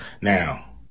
Now